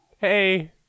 Hey